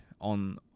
on